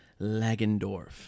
lagendorf